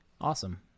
awesome